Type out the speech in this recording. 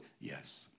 Yes